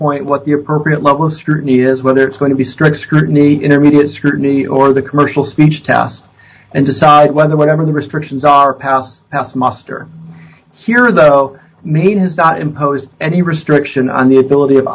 point what the appropriate level of scrutiny is whether it's going to be strict scrutiny intermediate scrutiny or the commercial speech task and decide whether whatever the restrictions are pass pass muster here though maybe has not imposed any restriction on the ability of